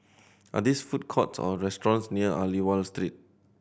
are these food courts or restaurants near Aliwal Street